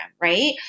right